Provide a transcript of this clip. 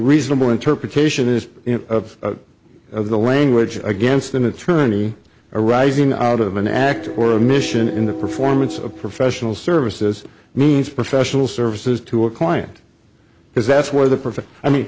reasonable interpretation is of of the language against an attorney arising out of an act or a mission in the performance of professional services means professional services to a client because that's where the perfect i mean